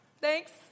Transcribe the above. thanks